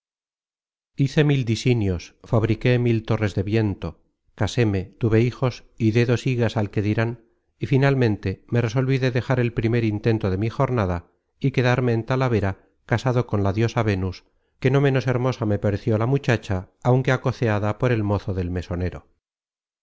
hice mil disinios fabriqué mil torres de viento caséme tuve hijos y dí dos higas al qué dirán y finalmente me resolví de dejar el primer intento de mi jornada y quedarme en talavera casado con la diosa vénus que no menos hermosa me pareció la muchacha aunque acoceada por el mozo del mesonero